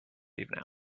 leave